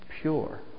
pure